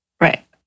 right